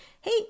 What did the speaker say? Hey